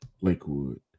Lakewood